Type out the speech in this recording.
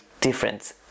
different